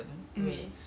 mmhmm